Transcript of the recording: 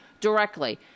directly